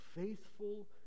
faithful